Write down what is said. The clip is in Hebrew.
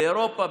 באירופה,